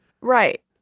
Right